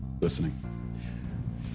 listening